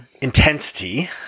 intensity